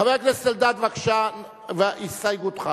חבר הכנסת אלדד, בבקשה, הסתייגותך.